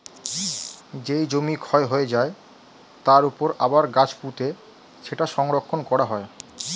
যেই জমি ক্ষয় হয়ে যায়, তার উপর আবার গাছ পুঁতে সেটা সংরক্ষণ করা হয়